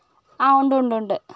ആ ഉണ്ട് ഉണ്ട് ഉണ്ട്